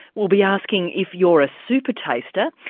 we'll be asking if you're a supertaster.